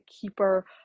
keeper